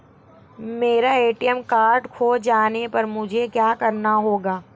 मेरा ATM card खो जाने पर मुझे क्या करना होगा?